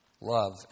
Love